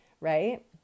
right